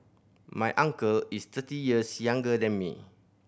my uncle is thirty years younger than me